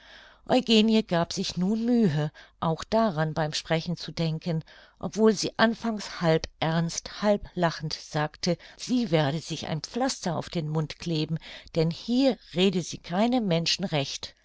eugenie gab sich nun mühe auch daran beim sprechen zu denken obwohl sie anfangs halb ernst halb lachend sagte sie werde sich ein pflaster auf den mund kleben denn hier rede sie keinem menschen recht